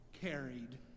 carried